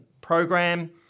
program